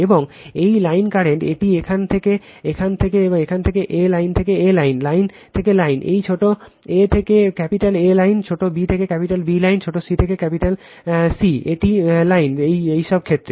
এবং এই line current এটি এখান থেকে এখান থেকে এখানে লাইন a থেকে A লাইন লাইন থেকে লাইন এই ছোট a থেকে A লাইন ছোট b থেকে B লাইন ছোট c থেকে মূলধন C এটি লাইন এই সব ক্ষেত্রে